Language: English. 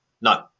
no